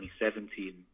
2017